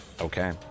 Okay